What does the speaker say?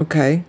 okay